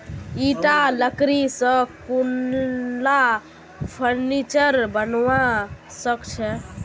ईटा लकड़ी स कुनला फर्नीचर बनवा सख छ